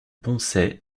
poncet